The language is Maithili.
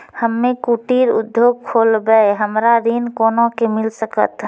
हम्मे कुटीर उद्योग खोलबै हमरा ऋण कोना के मिल सकत?